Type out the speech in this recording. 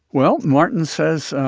well, martin says,